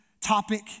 topic